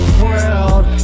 world